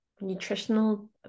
nutritional